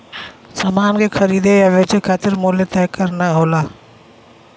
समान के खरीदे या बेचे खातिर मूल्य तय करना होला